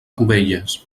cubelles